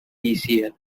easier